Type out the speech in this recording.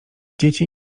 dzieci